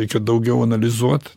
reikia daugiau analizuot